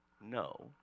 No